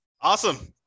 Awesome